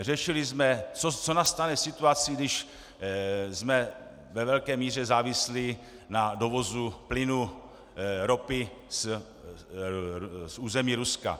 Řešili jsme, co nastane za situaci, když jsme ve velké míře závislí na dovozu plynu, ropy z území Ruska.